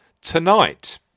tonight